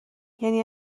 یعنی